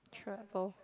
travel